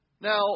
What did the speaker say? Now